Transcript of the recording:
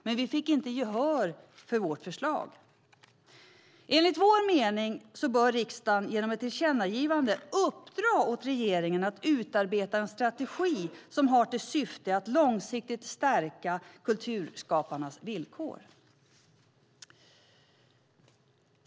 Men vi fick inte gehör för vårt förslag. Enligt vår mening bör riksdagen genom ett tillkännagivande uppdra åt regeringen att utarbeta en strategi som har till syfte att långsiktigt stärka kulturskaparnas villkor.